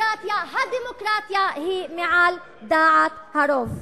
הדמוקרטיה היא מעל דעת הרוב.